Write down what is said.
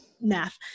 math